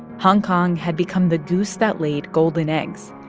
hong kong had become the goose that laid golden eggs.